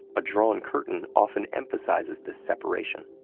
a drawn curtain often emphasizes the separation.